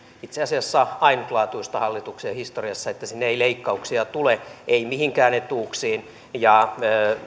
itse asiassa ainutlaatuista hallituksen historiassa että sinne ei leikkauksia tule ei mihinkään etuuksiin ja